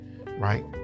right